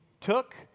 took